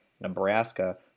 nebraska